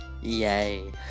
Yay